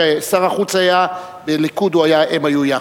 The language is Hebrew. כששר החוץ היה בליכוד, הם היו יחד.